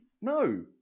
No